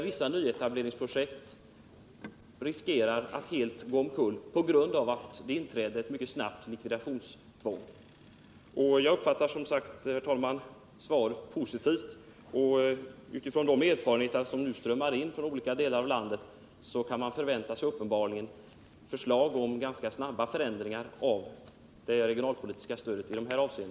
Vissa nyetableringsprojekt riskerar att helt läggas ned på grund av att det mycket snart inträder likvidationstvång då aktiekapitalet är förbrukat. Herr talman! Jag uppfattar emellertid svaret som positivt. Med tanke på de erfarenheter som nu erhålles i olika delar av landet kan man tydligen förvänta sig förslag om ganska snara förändringar när det gäller det regionalpolitiska stödets konstruktion.